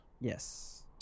Yes